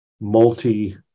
multi